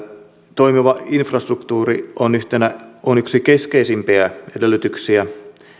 toimiva infrastruktuuri on yksi keskeisimpiä edellytyksiä